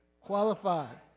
qualified